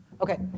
Okay